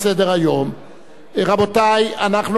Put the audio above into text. רבותי, אנחנו ממשיכים בסדר-היום: